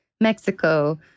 Mexico